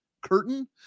curtain